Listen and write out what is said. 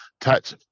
touch